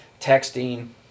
texting